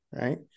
right